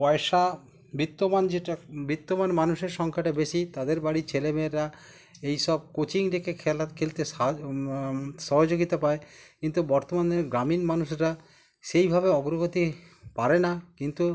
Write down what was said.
পয়সা বিত্তবান যেটা বিত্তবান মানুষের সংখ্যাটা বেশি তাদের বাড়ির ছেলে মেয়েরা এইসব কোচিং দেখে খেলার খেলতে সা সহযোগিতা পায় কিন্তু বর্তমানে গ্রামীণ মানুষরা সেইভাবে অগ্রগতি পারে না কিন্তু